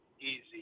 Easy